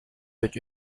with